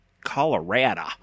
Colorado